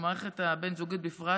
ובמערכת הזוגית בפרט,